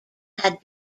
had